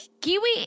kiwi